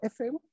FM